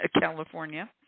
California